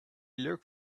looked